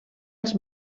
als